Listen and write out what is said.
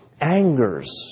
angers